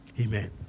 Amen